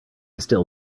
still